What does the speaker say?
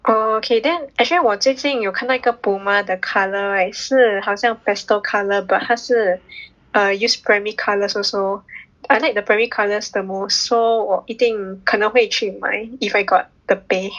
oh okay then actually 我最近有看到一个 Puma 的 colour right 是好像 pastel colour but 它是 err use primary colours also but I like the primary colours the most so 我一定可能会去买 if I got the pay